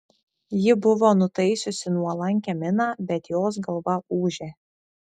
ji buvo nutaisiusi nuolankią miną bet jos galva ūžė